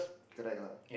correct lah